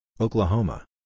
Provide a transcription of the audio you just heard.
Oklahoma